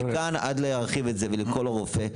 מכאן עד להרחיב את זה ולקרוא לו רופא,